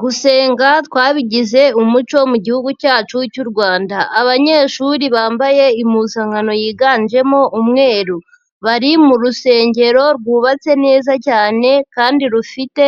Gusenga twabigize umuco mu gihugu cyacu cy'u Rwanda, abanyeshuri bambaye impuzankano yiganjemo umweru, bari mu rusengero rwubatse neza cyane kandi rufite